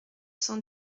cent